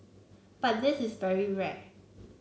but this is very rare